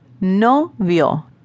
Novio